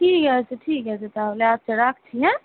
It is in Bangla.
ঠিক আছে ঠিক আছে তাহলে আচ্ছা রাখছি হ্যাঁ